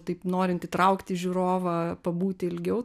taip norint įtraukti žiūrovą pabūti ilgiau